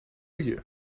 you